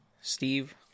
Steve